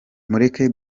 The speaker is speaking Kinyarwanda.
mureke